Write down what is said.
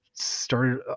Started